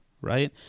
right